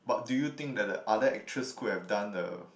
what do you think that the other actress could have done the